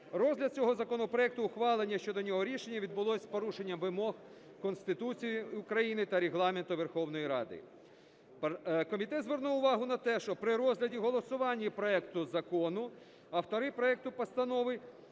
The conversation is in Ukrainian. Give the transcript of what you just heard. розгляд цього законопроекту, ухвалення щодо нього рішення відбулося з порушенням вимог Конституції України та Регламенту Верховної Ради. Комітет звернув увагу на те, що при розгляді й голосуванні проекту закону автори проекту постанови